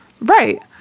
Right